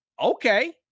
okay